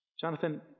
Jonathan